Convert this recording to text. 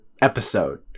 episode